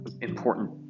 important